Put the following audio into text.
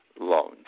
loans